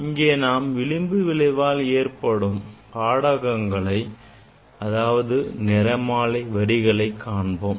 இங்கே நாம் விளிம்பு விளைவால் ஏற்படும் பாடகங்களை அதாவது நிறமாலை வரிகளைக் காண்போம்